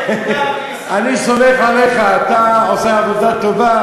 אני סומך עליך, אתה עושה עבודה טובה.